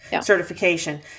certification